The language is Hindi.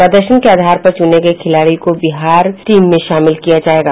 प्रदर्शन के आधार पर चुने गये खिलाड़ियों को बिहार टीम में शामिल किया जायेगा